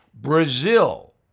Brazil